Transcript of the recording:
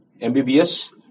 MBBS